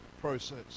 process